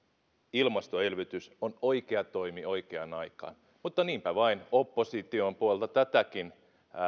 ilmastoelvytys on oikea toimi oikeaan aikaan mutta niinpä vain opposition puolelta tätäkin